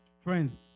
friends